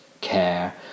care